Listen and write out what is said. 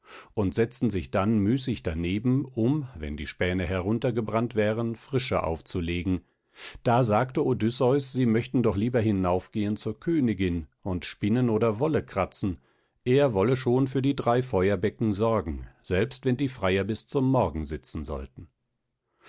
und setzten sich dann müßig daneben um wenn die späne heruntergebrannt wären frische aufzulegen da sagte odysseus sie möchten doch lieber hinaufgehen zur königin und spinnen oder wolle kratzen er wolle schon für die drei feuerbecken sorgen selbst wenn die freier bis zum morgen sitzen sollten